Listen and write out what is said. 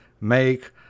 make